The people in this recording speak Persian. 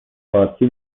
پارتی